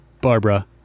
Barbara